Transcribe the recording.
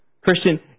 Christian